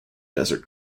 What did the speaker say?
desert